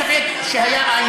אין שום ספק שהיה איינשטיין,